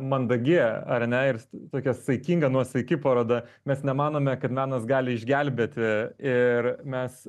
mandagi ar ne ir tokia saikinga nuosaiki paroda mes nemanome kad menas gali išgelbėti ir mes